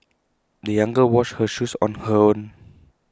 the young girl washed her shoes on her own